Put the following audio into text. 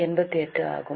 88 ஆகும்